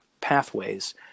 pathways